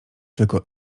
tylko